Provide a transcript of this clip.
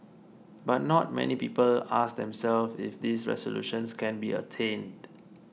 but not many people ask themselves if these resolutions can be attained